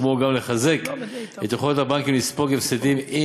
כמו גם לחזק את יכולת הבנקים לספוג הפסדים עם,